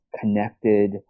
connected